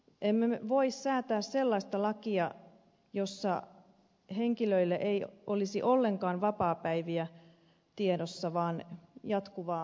emme me voi säätää sellaista lakia jossa henkilöillä ei olisi ollenkaan vapaapäiviä tiedossa vaan jatkuvaa työntekoa